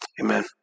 Amen